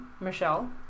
Michelle